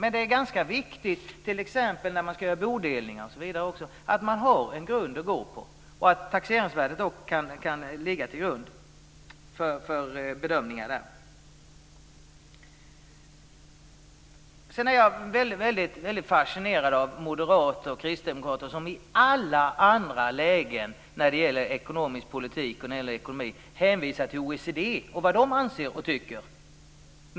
Men det är ganska viktigt t.ex. när man ska göra bodelningar och liknande att man har en grund att gå på och att taxeringsvärdet då kan ligga till grund för bedömningar. Jag är väldigt fascinerad av moderater och kristdemokrater som i alla andra lägen när det gäller ekonomisk politik och ekonomi hänvisar till OECD och vad man där anser och tycker.